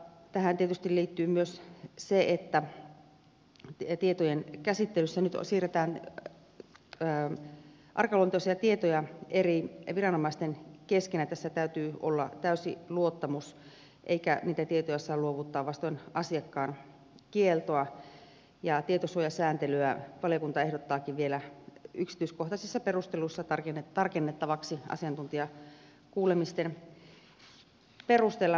tähän tietysti liittyy myös se että tietojenkäsittelyssä nyt siirretään arkaluontoisia tietoja eri viranomaisten kesken ja tässä täytyy olla täysi luottamus eikä niitä tietoja saa luovuttaa vastoin asiakkaan kieltoa ja tietosuojasääntelyä valiokunta ehdottaakin vielä yksityiskohtaisissa perusteluissa tarkennettavaksi asiantuntijakuulemisten perusteella